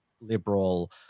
Liberal